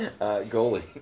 Goalie